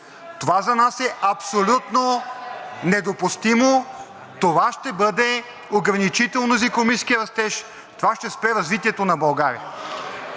Това за нас е абсолютно недопустимо. Това ще бъде ограничително за икономическия растеж, това ще спре развитието на България.